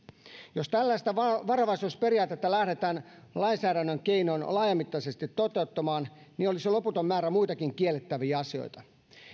jos tällaista varovaisuusperiaatetta lähdetään lainsäädännön keinoin laajamittaisesti toteuttamaan niin olisi loputon määrä muitakin kiellettäviä asioita